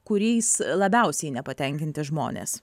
kuriais labiausiai nepatenkinti žmonės